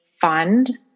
fund